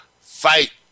fight